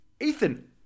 Ethan